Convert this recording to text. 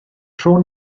rho